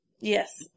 Yes